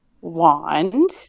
wand